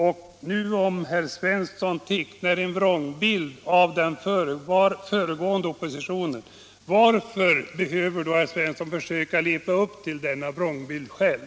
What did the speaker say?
Men om herr Svensson tecknar en vrångbild av den tidigare oppositionen, varför behöver då herr Svensson försöka leva upp till denna vrångbild själv?